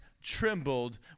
trembled